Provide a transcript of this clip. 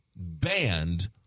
banned